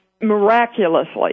miraculously